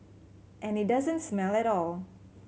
and it doesn't smell at all